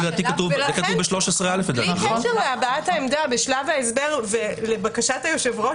לכן בלי קשר להבעת העמדה בשלב ההסבר ולבקשת היושב-ראש